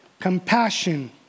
compassion